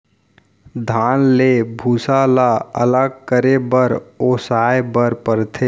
धान ले भूसा ल अलग करे बर ओसाए बर परथे